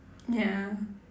ya